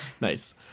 Nice